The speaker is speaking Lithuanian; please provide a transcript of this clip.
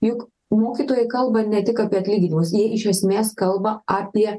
juk mokytojai kalba ne tik apie atlyginimus jie iš esmės kalba apie